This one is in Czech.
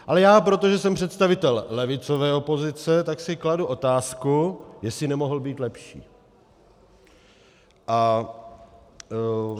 Ale protože jsem představitel levicové opozice, tak si kladu otázku, jestli nemohl být lepší.